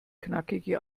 knackige